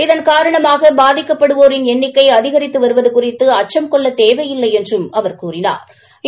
இதன் காரணமாக பாதிக்கப்படுவோரின் எண்ணிக்கை அதிகரித்து அச்சம் வருவது குறித்து கொள்ளத்தேவையில்லை என்றும் கூறினாா்